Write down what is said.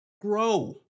Grow